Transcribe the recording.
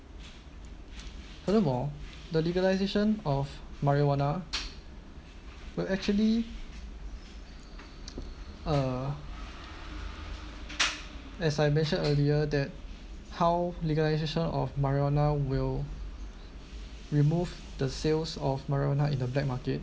furthermore the legalization of marijuana will actually uh as I mentioned earlier that how legalization of marijuana will remove the sales of marijuana in the black market